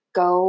go